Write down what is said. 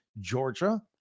Georgia